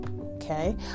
Okay